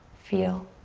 feel.